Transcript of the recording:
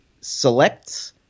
select